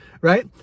right